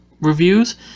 reviews